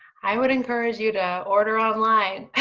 i would encourage you to order online.